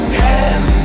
hand